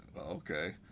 okay